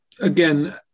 Again